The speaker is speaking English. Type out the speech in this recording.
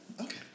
okay